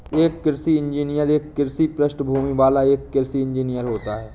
एक कृषि इंजीनियर एक कृषि पृष्ठभूमि वाला एक इंजीनियर होता है